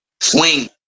Swing